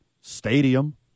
stadium